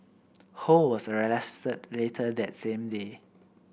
Ho was arrested later that same day